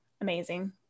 amazing